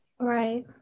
Right